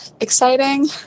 exciting